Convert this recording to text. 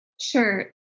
Sure